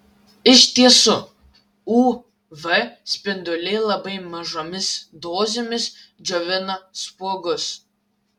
iš tiesų uv spinduliai labai mažomis dozėmis džiovina spuogus